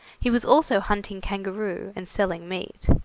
he was also hunting kangaroo and selling meat.